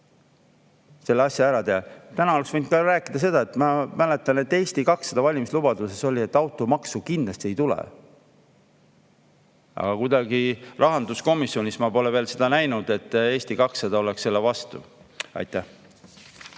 selle asja ära teha. Täna oleks võinud rääkida seda, mida ma mäletan, et Eesti 200 valimislubadus oli, et automaksu kindlasti ei tule. Aga millegipärast ma pole rahanduskomisjonis seda veel näinud, et Eesti 200 oleks selle vastu. Aitäh!